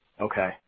Okay